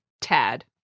Tad